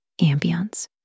ambience